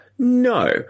No